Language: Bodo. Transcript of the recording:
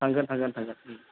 थांगोन थांगोन थांगोन